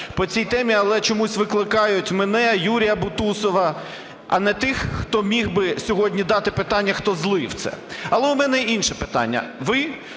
по цій темі, але чомусь викликають мене, Юрія Бутусова, а не тих, хто міг би сьогодні дати питання, хто злив це. Але у мене інше питання. Ви